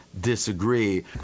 disagree